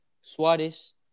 Suarez